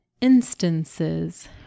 instances